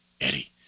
Eddie